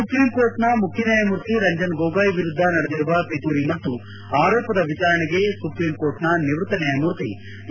ಸುಪ್ರೀಂಕೋರ್ಟ್ನ ಮುಖ್ಯನ್ಯಾಯಮೂರ್ತಿ ರಂಜನ್ ಗೊಗೋಯ್ ವಿರುದ್ದ ನಡೆದಿರುವ ಪಿತೂರಿ ಮತ್ತು ಆರೋಪದ ವಿಚಾರಣೆಗೆ ಸುಪ್ರೀಂಕೋರ್ಟ್ನ ನಿವೃತ್ತ ನ್ನಾಯಮೂರ್ತಿ ಎ